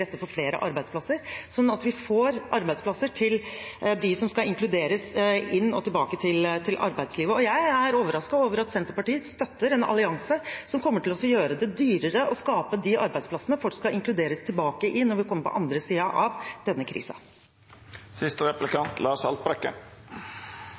arbeidslivet. Jeg er overrasket over at Senterpartiet støtter en allianse som kommer til å gjøre det dyrere å skape de arbeidsplassene folk skal inkluderes tilbake i, når vi kommer på andre siden av denne